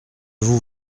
vous